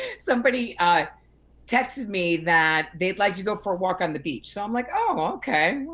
somebody texted me that they'd like to go for a walk on the beach. so i'm like, oh okay,